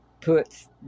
puts